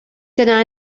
dyna